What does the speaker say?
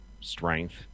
strength